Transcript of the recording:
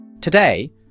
Today